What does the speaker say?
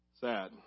Sad